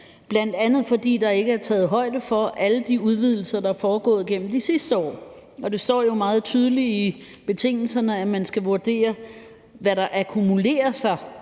ting, bl.a. fordi der ikke er taget højde for alle de udvidelser, der er foregået gennem de sidste år. Det står jo meget tydeligt i betingelserne, at man skal vurdere, hvad der akkumulerer sig